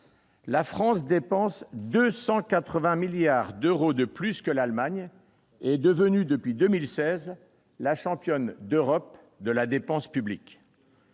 La France dépense 280 milliards d'euros de plus que l'Allemagne et est depuis 2016 la championne d'Europe de la dépense publique